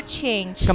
change